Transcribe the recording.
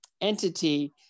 entity